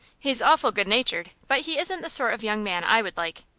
he's awful good-natured, but he isn't the sort of young man i would like,